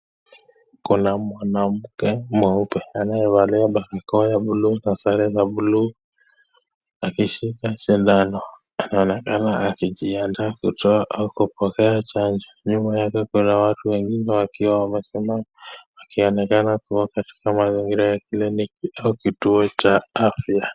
Kuna mwanamke mweupe, anayevalia barakoa ya blue na sare za blue akishika sindano. Anaonekana akijiandaa kutoa au kupokea chanjo. Nyuma yake kuna watu wengine wakiwa wamesimama, wakionekana kua katika mazingira ya cliniki au kituo cha afya.